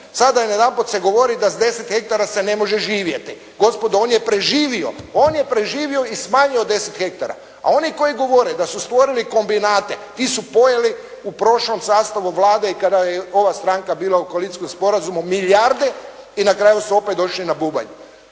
Sada na jedanput se govori da s 10 hektara se ne može živjeti. Gospodo on je preživio, on je preživio i smanje od 10 hektara, a oni koji govore da su stvorili kombinate, ti su pojeli u prošlom sastavu Vlade i kada je ova stranka bila u koalicijskom sporazumu milijarde i na kraju su opet doli na bubanj,